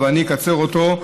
אבל אני אקצר אותו,